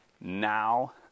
now